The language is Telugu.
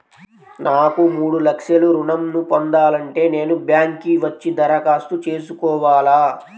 నాకు మూడు లక్షలు ఋణం ను పొందాలంటే నేను బ్యాంక్కి వచ్చి దరఖాస్తు చేసుకోవాలా?